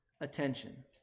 attention